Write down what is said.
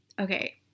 okay